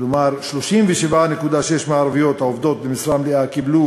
כלומר 37.6% מהערביות העובדות במשרה מלאה קיבלו